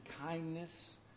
kindness